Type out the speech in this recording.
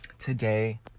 today